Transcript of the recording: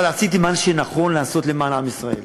אבל עשיתי מה שנכון לעשות למען עם ישראל.